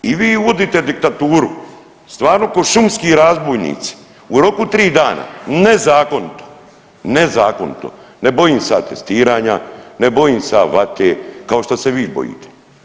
I vi uvodite diktaturu stvarno ko šumski razbojnici, u roku 3 dana nezakonito, nezakonito, ne bojim se ja testiranja, ne bojim se ja vate kao što se vi bojite.